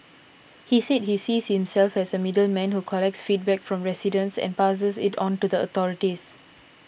he said he sees himself as a middleman who collects feedback from residents and passes it on to the authorities